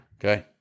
okay